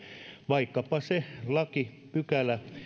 vaikkapa tämä lakipykälä